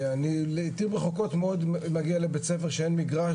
אני לעיתים רחוקות מאוד מגיע לבית-ספר שאין מגרש,